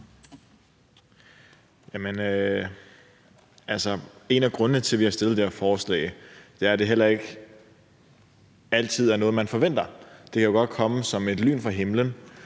en af grundene til, at vi har fremsat det her forslag, er, at det heller ikke altid er noget, man forventer. Det her kan jo godt komme som et lyn fra himlen